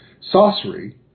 sorcery